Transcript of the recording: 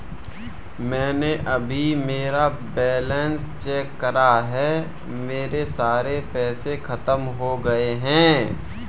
मैंने अभी मेरा बैलन्स चेक करा है, मेरे सारे पैसे खत्म हो गए हैं